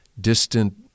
distant